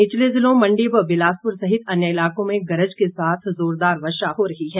निचले जिलों मंडी व बिलासपुर सहित अन्य इलाकों में गरज के साथ जोरदार वर्षा हो रही है